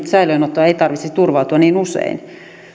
säilöönottoon ei tarvitsisi turvautua niin usein